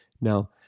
Now